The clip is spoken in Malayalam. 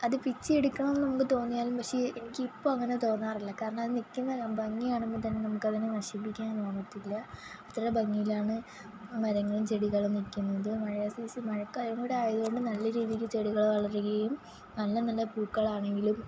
അത് പിച്ചിയെടുക്കണമെന്ന് നമുക്ക് തോന്നിയാലും പക്ഷേ എനിക്കിപ്പോള് അങ്ങനെ തോന്നാറില്ല കാരണം അത് നില്ക്കുന്ന ഭംഗി കാണുമ്പോള് തന്നെ നമുക്കതിനെ നശിപ്പിക്കാനും തോന്നത്തില്ല അത്രയും ഭംഗിയിലാണ് മരങ്ങളും ചെടികളും നില്ക്കുന്നത് മഴ സീസൺ മഴക്കാലം കൂടെ ആയത് കൊണ്ട് നല്ല രീതിയില് ചെടികള് വളരുകയും നല്ല നല്ല പൂക്കളാണെങ്കിലും